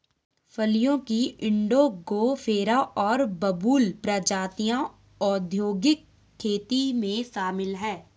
फलियों की इंडिगोफेरा और बबूल प्रजातियां औद्योगिक खेती में शामिल हैं